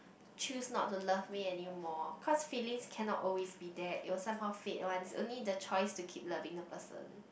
choose not to love me anymore cause feelings cannot always be there it will somehow fades ones only the choice to keep loving the person